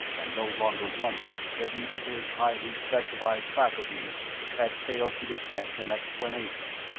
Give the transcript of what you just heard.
and no longer wondered that even his highly specialized faculties had failed to detect an explanation.